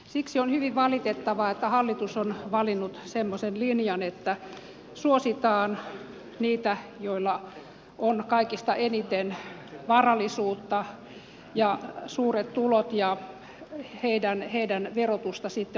siksi on hyvin valitettavaa että hallitus on valinnut semmoisen linjan että suositaan niitä joilla on kaikista eniten varallisuutta ja suuret tulot ja heidän verotustaan sitten on lähdetty helpottamaan